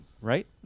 right